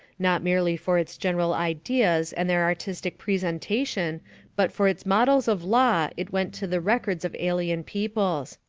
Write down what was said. not merely for its general ideas and their artistic presentation but for its models of law it went to the records of alien peoples.